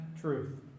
truth